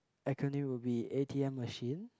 acronym will be a_t_m machine